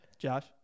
Josh